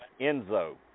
Enzo